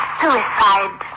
suicide